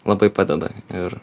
labai padeda ir